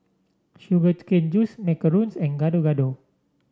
Sugar Cane Juice Macarons and Gado Gado